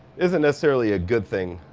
isn't necessarily a good thing,